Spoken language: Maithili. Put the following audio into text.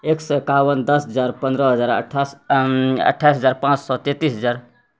एक सए एकावन दस हजार पन्द्रह हजार अट्ठाइस हजार पाँच सए तेतीस हजार